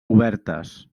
obertes